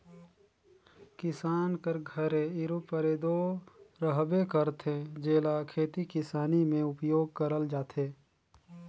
किसान कर घरे इरूपरे दो रहबे करथे, जेला खेती किसानी मे उपियोग करल जाथे